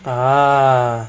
a'ah